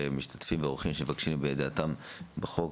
משתתפים ואורחים שמבקשים להביע את דעתם בחוק.